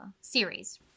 series